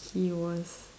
he was